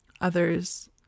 others